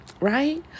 right